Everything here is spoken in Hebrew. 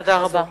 תודה רבה.